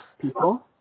people